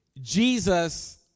Jesus